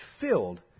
filled